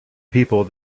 people